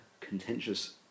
contentious